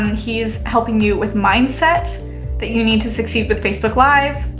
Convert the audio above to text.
he's helping you with mindset that you need to succeed with facebook live,